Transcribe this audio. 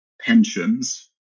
pensions